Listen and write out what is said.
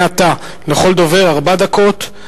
מעתה לכל דובר ארבע דקות.